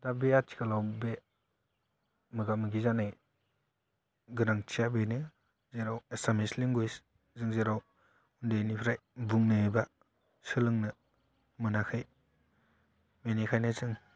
दा बे आथिखालाव बे मोगा मोगि जानाय गोनांथिया बेनो जेराव एसामिस लेंगुइज जों जेराव उन्दैनिफ्राय बुंनो एबा सोलोंनो मोनाखै बेनिखायनो जों